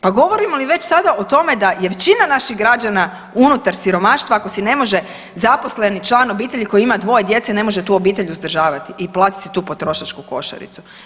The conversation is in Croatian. Pa govorimo li već sada o tome da je većina naših građana unutar siromaštva ako si ne može zaposleni član obitelji koji ima dvoje djece ne može tu obitelj uzdržavati i platiti si tu potrošačku košaricu.